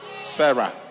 Sarah